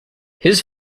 his